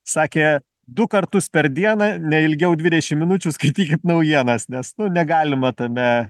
sakė du kartus per dieną neilgiau dvidešim minučių skaitykit naujienas nes negalima tame